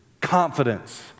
confidence